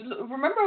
Remember